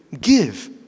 Give